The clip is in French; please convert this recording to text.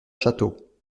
châteaux